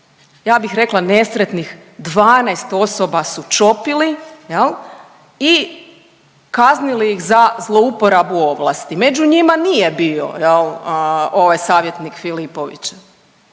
ja bih rekla nesretnih 12 osoba su čopili jel i kaznili ih za zlouporabu ovlasti. Među njima nije bio jel ovaj savjetnik Filipovićev.